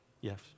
Yes